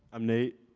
i'm nate.